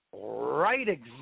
Right